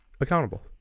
Accountable